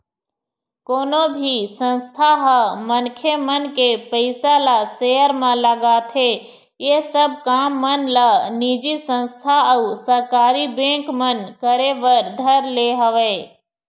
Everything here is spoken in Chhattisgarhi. कोनो भी संस्था ह मनखे मन के पइसा ल सेयर म लगाथे ऐ सब काम मन ला निजी संस्था अऊ सरकारी बेंक मन करे बर धर ले हवय